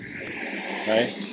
right